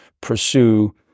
pursue